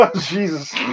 Jesus